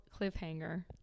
cliffhanger